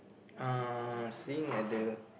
uh seeing at the